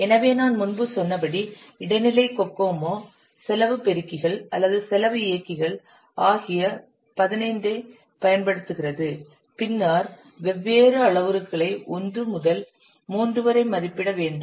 எனவே நான் முன்பு சொன்னபடி இடைநிலை கோகோமோ செலவு பெருக்கிகள் அல்லது செலவு இயக்கிகள் ஆசிய 15 ஐப் பயன்படுத்துகிறது பின்னர் வெவ்வேறு அளவுருக்களை ஒன்று முதல் மூன்று வரை மதிப்பிட வேண்டும்